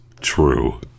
true